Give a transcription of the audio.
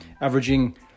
averaging